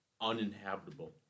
uninhabitable